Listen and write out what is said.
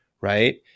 Right